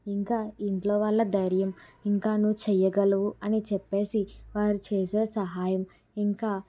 ఇంకా ఇంట్లోవాళ్ల ధైర్యం ఇంకా నువ్వు చేయగలవు అని చెప్పేసి వారు చేసే సహాయం ఇంకా